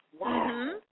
Wow